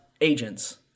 agents